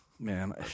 Man